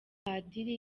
padiri